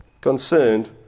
concerned